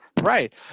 Right